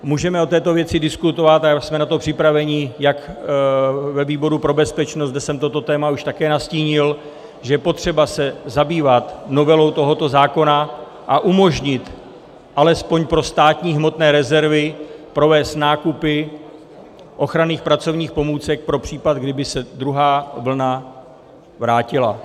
Můžeme o této věci diskutovat a jsme na to připraveni jak ve výboru pro bezpečnost, kde jsem toto téma už také nastínil, že je potřeba se zabývat novelou tohoto zákona a umožnit alespoň pro státní hmotné rezervy provést nákupy ochranných pracovních pomůcek pro případ, že by se druhá vlna vrátila.